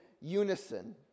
unison